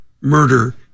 murder